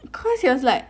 because he was like